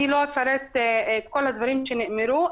אני לא אפרט את כל הדברים שנאמרו.